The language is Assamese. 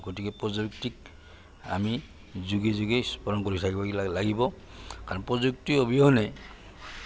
গতিকে প্ৰযুক্তক আমি যোগে যোগে স্মৰণ কৰি থাকিব লাগিব কাৰণ প্ৰযুক্তিৰ অবিহনে